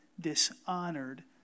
dishonored